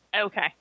Okay